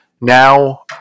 now